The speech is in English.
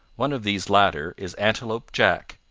one of these latter is antelope jack,